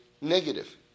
negative